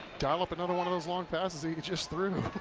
dial up another one of those long passes he just threw.